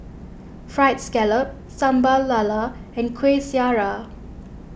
Fried Scallop Sambal Lala and Kuih Syara